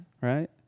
Right